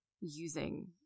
using